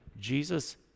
Jesus